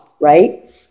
right